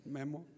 Memo